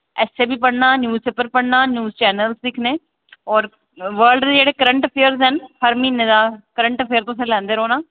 essay बी पढ़ना newspaper पढ़ना न्यूज चैनल्स दिक्खने और वर्ल्ड दे जेह्ड़े करंट अफेयर्स न हर म्हीने दा करंट अफेयर्स तुसें लैंदे रौह्ना